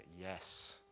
Yes